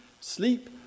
sleep